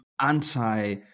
anti